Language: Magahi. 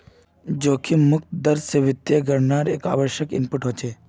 जोखिम मुक्त दर स वित्तीय गणनार एक आवश्यक इनपुट हछेक